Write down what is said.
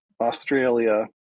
Australia